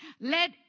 let